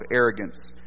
arrogance